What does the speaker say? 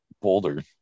Boulder